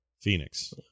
Phoenix